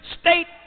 state